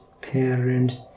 parents